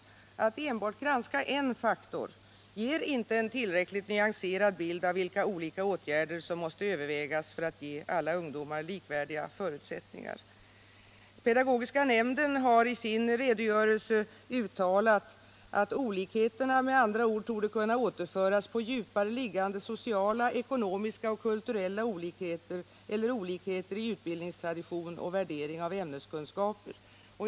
Att enbart granska en faktor ger inte en tillräckligt nyanserad bild av vilka åtgärder som måste övervägas för att ge alla ungdomar likvärdiga förutsättningar. Pedagogiska nämnden har i sin redogörelse uttalat att olikheterna med andra ord torde kunna återföras på djupare liggande sociala, ekonomiska och kulturella olikheter eller olikheter i utbildningstradition och värdering av ämneskunskaper.